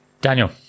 daniel